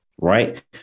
right